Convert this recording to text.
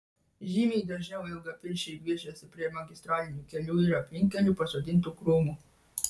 žymiai dažniau ilgapirščiai gviešiasi prie magistralinių kelių ir aplinkkelių pasodintų krūmų